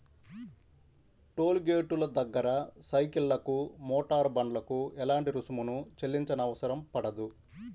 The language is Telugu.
టోలు గేటుల దగ్గర సైకిళ్లకు, మోటారు బండ్లకు ఎలాంటి రుసుమును చెల్లించనవసరం పడదు